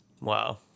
Wow